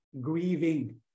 Grieving